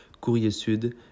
Courrier-Sud